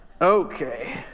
Okay